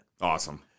Awesome